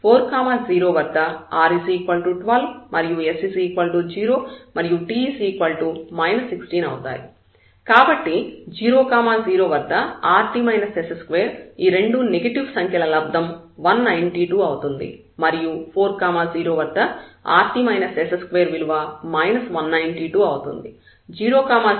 కాబట్టి 0 0 వద్ద rt s2 ఈ రెండు నెగటివ్ సంఖ్యల లబ్దం 192 అవుతుంది మరియు 4 0 వద్ద rt s2 విలువ 192 అవుతుంది